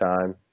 time